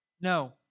no